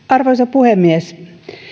arvoisa puhemies